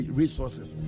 resources